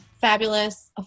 Fabulous